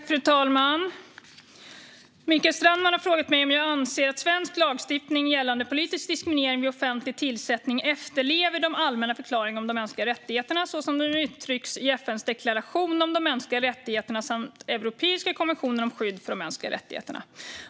Fru talman! Mikael Strandman har frågat mig om jag anser att svensk lagstiftning gällande politisk diskriminering vid offentlig tillsättning efterlever de allmänna förklaringar om de mänskliga rättigheterna så som de uttrycks i FN:s deklaration om de mänskliga rättigheterna samt Europeiska konventionen om skydd för de mänskliga rättigheterna.